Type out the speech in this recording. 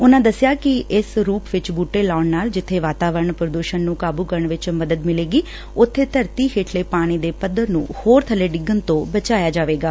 ਉਨਾਂ ਦਸਿਆ ਕਿ ਇਸ ਰੁਪ ਵਿਚ ਬੁਟੇ ਲਾਉਣ ਨਾਲ ਜਿੱਬੇ ਵਾਤਾਵਰਨ ਪ੍ਰਦੁਸ਼ਣ ਨੂੰ ਕਾਬੁ ਕਰਨ ਵਿਚ ਮਦਦ ਮਿਲੇਗੀ ਉਬੇ ਧਰਤੀ ਹੈਠਲੇ ਪਾਣੀ ਦੇ ਪੱਧਰ ਨੂੰ ਹੋਰ ਬੱਲੇ ਡਿੱਗਣ ਤੋਂ ਵੀ ਬਚਾਇਆ ਜਾਵੇਗਾ